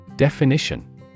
Definition